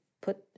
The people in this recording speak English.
put